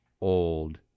old